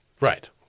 Right